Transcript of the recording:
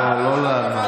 לא, לא לענות.